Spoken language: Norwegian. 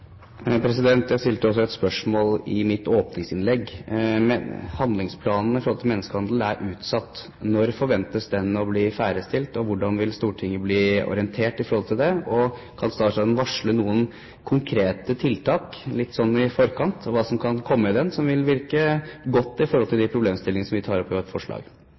menneskehandel er utsatt. Når forventes den å bli ferdigstilt? Hvordan vil Stortinget bli orientert? Kan statsråden varsle noen konkrete tiltak, litt i forkant, som vil komme i handlingsplanen, og som vil virke godt i forhold til de problemstillingene vi tar opp i vårt forslag?